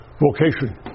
vocation